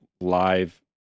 live